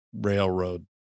railroad